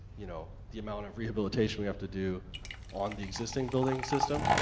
you know, the amount of rehabilitation we have to do on the existing building system.